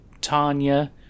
Tanya